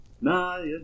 nah